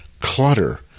Clutter